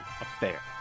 affair